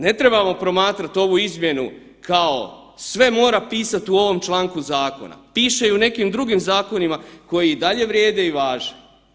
Ne trebamo promatrat ovu izmjenu kao sve mora pisati u ovom članku zakona, piše i u nekim drugim zakonima koji dalje vrijede i važe.